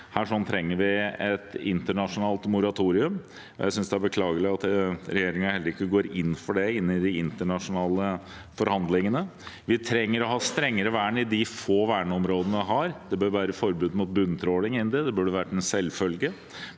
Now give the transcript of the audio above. Her trenger vi et internasjonalt moratorium. Jeg synes det er beklagelig at regjeringen ikke går inn for det i de internasjonale forhandlingene. Vi trenger å ha strengere vern i de få verneområdene vi har. Det bør være forbud mot bunntråling, det burde vært en selvfølge.